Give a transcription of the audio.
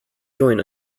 join